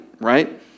right